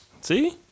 See